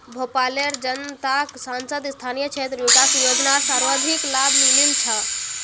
भोपालेर जनताक सांसद स्थानीय क्षेत्र विकास योजनार सर्वाधिक लाभ मिलील छ